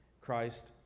christ